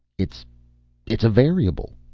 it's it's a variable.